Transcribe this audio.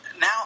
Now